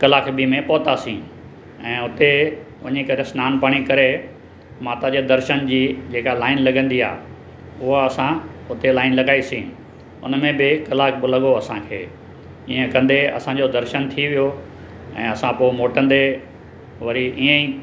कलाकु ॿीं में पहुतासीं ऐं हुते वञी करे सनानु पाणी करे माता जे दर्शन जी जेका लाइन लॻंदी आहे उहा असां हुते लाइन लॻाइसीं हुन में बि कलाकु लॻो असांखे इअं कंदे असांजो दर्शन थी वियो ऐं असां पोइ मोटंदे वरी इअं ई